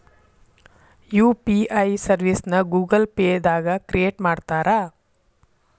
UPI ಸರ್ವಿಸ್ನ Google Pay ದಾಗ create ಮಾಡ್ತಾರಾ